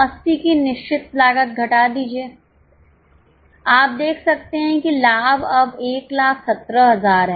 480 की निश्चित लागत घटा दीजिए आप देख सकते हैं कि लाभ अब 117000 है